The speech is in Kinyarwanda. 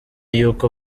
y’uko